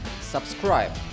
subscribe